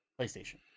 PlayStation